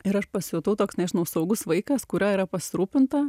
ir aš pasijutau toks nežinau saugus vaikas kuriuo yra pasirūpinta